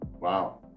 Wow